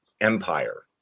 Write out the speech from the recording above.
empire